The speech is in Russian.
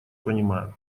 понимаю